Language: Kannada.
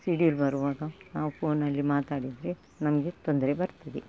ಸಿಡಿಲು ಬರುವಾಗ ನಾವು ಫೋನಲ್ಲಿ ಮಾತಾಡಿದರೆ ನಮಗೆ ತೊಂದರೆ ಬರ್ತದೆ